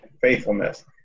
faithfulness